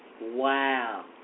Wow